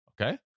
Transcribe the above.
Okay